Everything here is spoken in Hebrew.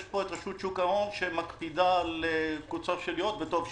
יש פה רשות שוק ההון שמקפידה על קוצו של יוד וטוב שכך,